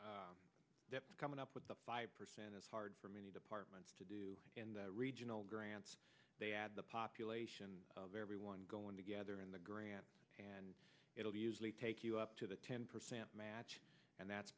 grants coming up with the five percent is hard for many departments to do regional grants they add the population of everyone going together in the grant and it'll usually take you up to the ten percent match and that's